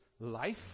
life